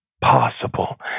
possible